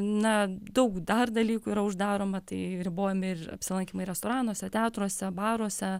na daug dar dalykų yra uždaroma tai ribojami ir apsilankymai restoranuose teatruose baruose